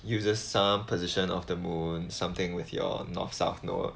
uses some position of the moon something with your north south pole